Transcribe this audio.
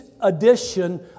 edition